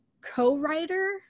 co-writer